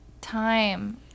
time